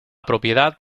propiedad